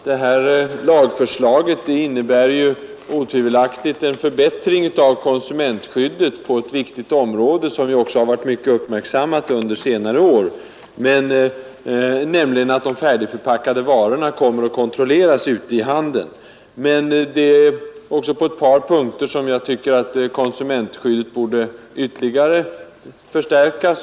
Herr talman! Detta lagförslag innebär otvivelaktigt en förbättring av konsumentskyddet på ett viktigt område, som också varit mycket uppmärksammat under senare år, nämligen att de färdigförpackade varorna kommer att kontrolleras ute i handeln. På ett par punkter anser jag att konsumentskyddet borde ytterligare förstärkas.